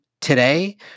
today